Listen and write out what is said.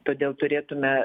todėl turėtume